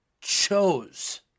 chose